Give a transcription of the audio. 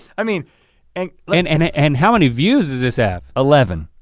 i mean and like and and ah and how many views does this have? eleven.